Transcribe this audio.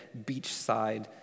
beachside